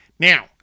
Now